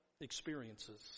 experiences